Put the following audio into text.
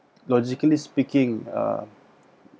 logically speaking uh